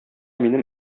минем